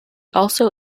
also